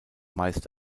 meist